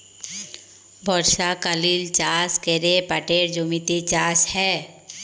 বর্ষকালীল চাষ ক্যরে পাটের জমিতে চাষ হ্যয়